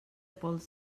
pols